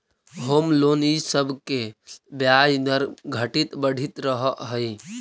home loan इ सब के ब्याज दर घटित बढ़ित रहऽ हई